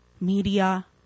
media